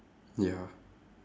ya